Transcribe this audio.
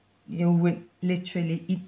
you would literally eat